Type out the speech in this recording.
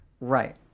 Right